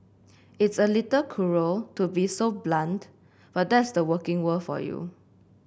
it's a little cruel to be so blunt but that's the working world for you